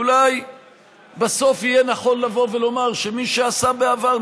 אולי בסוף יהיה נכון לבוא ולומר שמי שעשה בעבר,